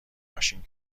ماشین